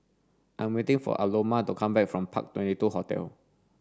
I'm waiting for Aloma to come back from Park Twenty Two Hotel